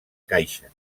caixa